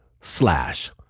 slash